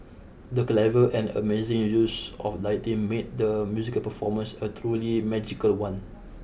the clever and amazing use of lighting made the musical performance a truly magical one